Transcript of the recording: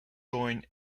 join